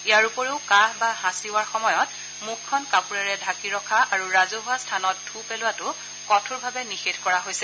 ইয়াৰ উপৰিও কাহ বা হাচিওৱাৰ সময়ত মুখখন কাপোৰেৰে ঢাকি ৰখা আৰু ৰাজহুৱা স্থানত থু পেলোৱাতো কঠোৰভাৱে নিষেধ কৰা হৈছে